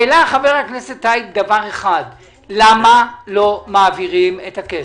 העלה אחבר הכנסת טייב דבר אחד למה לא מעבירים את הכסף?